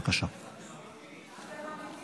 --- חברת